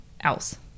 else